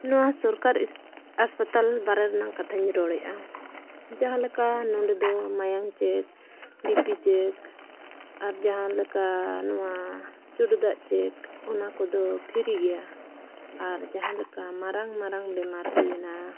ᱱᱚᱣᱟ ᱥᱚᱨᱠᱟᱨ ᱦᱟᱸᱥᱯᱟᱛᱟᱞ ᱵᱟᱨᱮ ᱨᱮᱱᱟᱜ ᱠᱟᱛᱷᱟᱧ ᱨᱚᱲᱮᱜᱼᱟ ᱡᱟᱦᱟᱸ ᱞᱮᱠᱟ ᱱᱚᱰᱮ ᱫᱚ ᱢᱟᱭᱟᱝ ᱪᱮᱠ ᱵᱤ ᱯᱤ ᱪᱮᱠ ᱟᱨ ᱡᱟᱦᱟᱸ ᱞᱮᱠᱟ ᱱᱚᱣᱟ ᱪᱩᱰᱩ ᱫᱟᱜ ᱪᱮᱠ ᱚᱱᱟ ᱠᱚᱫᱚ ᱯᱷᱨᱤ ᱜᱮᱭᱟ ᱟᱨ ᱡᱟᱦᱟᱸ ᱞᱮᱠᱟ ᱢᱟᱨᱟᱝ ᱢᱟᱨᱟᱝ ᱵᱮᱢᱟᱨ ᱦᱩᱭᱮᱱᱟ